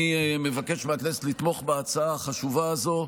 אני מבקש מהכנסת לתמוך בהצעה החשובה הזו,